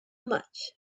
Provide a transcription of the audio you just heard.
much